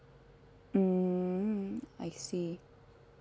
mm I see